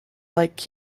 like